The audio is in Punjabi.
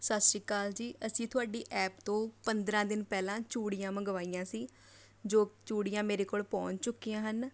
ਸਤਿ ਸ਼੍ਰੀ ਅਕਾਲ ਜੀ ਅਸੀਂ ਤੁਹਾਡੀ ਐਪ ਤੋਂ ਪੰਦਰਾਂ ਦਿਨ ਪਹਿਲਾਂ ਚੂੜੀਆਂ ਮੰਗਵਾਈਆਂ ਸੀ ਜੋ ਚੂੜੀਆਂ ਮੇਰੇ ਕੋਲ ਪਹੁੰਚ ਚੁੱਕੀਆਂ ਹਨ